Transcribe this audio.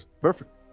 perfect